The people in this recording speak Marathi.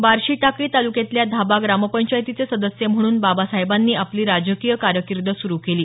बार्शी टाकळी तालुक्यातल्या धाबा ग्रामपंचायत सदस्य पदापासून बाबासाहेबांनी आपली राजकीय कारकीर्द सुरु केली